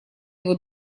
его